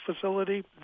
facility